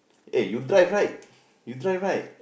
eh you drive right you drive right